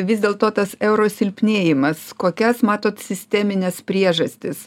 vis dėl to tas euro silpnėjimas kokias matot sistemines priežastis